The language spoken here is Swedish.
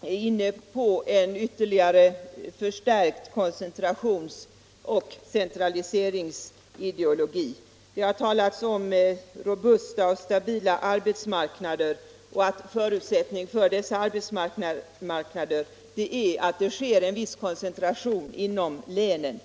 inne på en ytterligare förstärkt koncentrations och centraliseringsideologi. Det har talats om robusta och stabila arbetsmarknader och om att förutsättningen för dessa arbetsmarknader är att det sker en viss koncentration inom länen.